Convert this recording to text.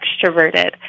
extroverted